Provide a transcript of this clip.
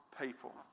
people